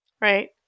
right